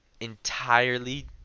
entirely